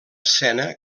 escena